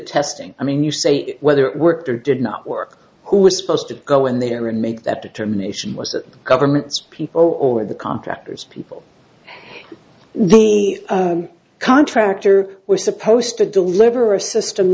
testing i mean you say whether it worked or did not work who was supposed to go in there and make that determination was that governments people or the contractors people the contractor were supposed to deliver a system